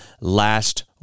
last